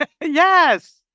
Yes